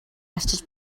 арчиж